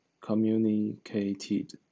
communicated